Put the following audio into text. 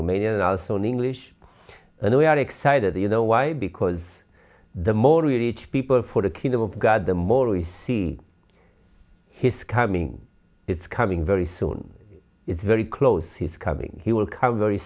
romania and also in english and they are excited you know why because the more you reach people for the kingdom of god the more we see his coming it's coming very soon it's very close he's coming he will carve very